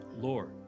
Lord